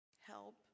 help